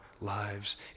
lives